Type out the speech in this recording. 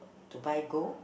to buy gold